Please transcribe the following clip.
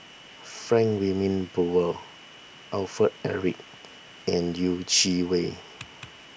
Frank Wilmin Brewer Alfred Eric and Yeh Chi Wei